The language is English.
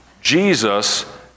Jesus